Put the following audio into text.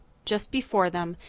just before them,